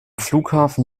flughafen